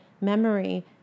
memory